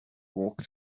walk